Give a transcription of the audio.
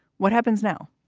what happens now?